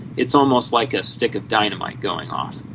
it's almost like a stick of dynamite going off.